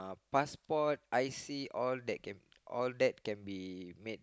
passport I_C all that can all that can be made